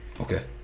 Okay